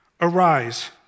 Arise